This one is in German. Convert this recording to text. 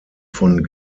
von